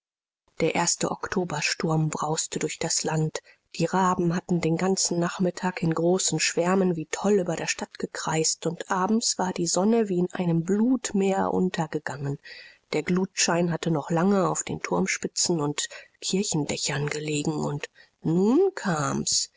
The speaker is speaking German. der erste oktobersturm brauste durch das land die raben hatten den ganzen nachmittag in großen schwärmen wie toll über der stadt gekreist und abends war die sonne wie in einem blutmeer untergegangen der glutschein hatte noch lange auf den turmspitzen und kirchendächern gelegen und nun kam's